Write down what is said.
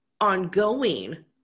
ongoing